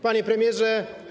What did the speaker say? Panie Premierze!